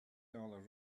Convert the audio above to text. dollar